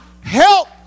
help